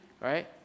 Right